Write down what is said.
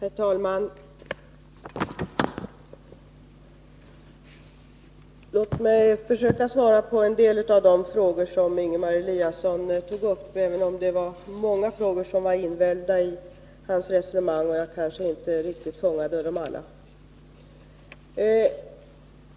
Herr talman! Låt mig försöka svara på en del av de frågor som Ingemar Eliasson tog upp, även om det var många frågor som var invälvda i hans resonemang och jag kanske inte riktigt fångade dem alla.